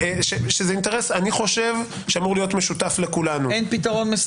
אני חושב שזה אינטרס שאמור להיות משותף לכולנו.